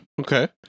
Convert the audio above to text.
Okay